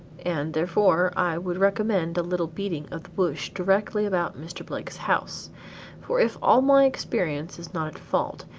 and therefore, i would recommend a little beating of the bush directly about mr. blake's house for if all my experience is not at fault,